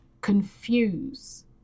confuse